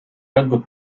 czego